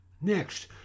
Next